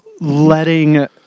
letting